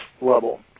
level